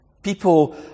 People